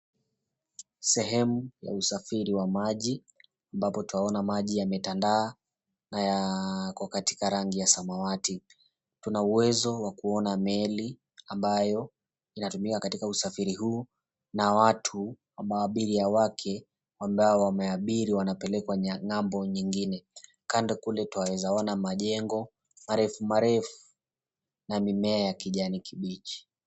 Sehemu ya msafiri wa maji amabapo tunaona maji yametandaa na yako katika rangi ya samawati, tunauwezo wakuona meli ambayo inayotumika katika usafiri huo na watu maabiri ya wake ambao wameabiri kupelekwa ng'ambo nyingine. Kando kule twawezaona majengo marefu marefu na mimea ya kijani kibichi.